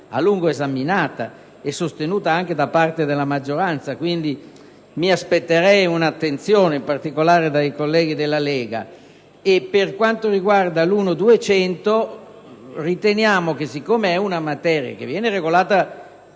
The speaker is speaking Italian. a lungo esaminata e sostenuta anche da parte della maggioranza; quindi, mi aspetterei un'attenzione, in particolare dai colleghi della Lega. Per quanto riguarda l'emendamento 1.200, riteniamo che la materia venga regolata